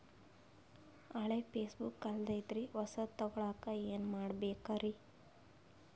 ಹಳೆ ಪಾಸ್ಬುಕ್ ಕಲ್ದೈತ್ರಿ ಹೊಸದ ತಗೊಳಕ್ ಏನ್ ಮಾಡ್ಬೇಕರಿ?